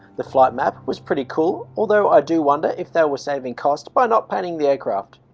the flight map was pretty cool although i do wonder if they were saving cost by not painting the aircraft